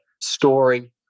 storing